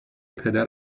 پدر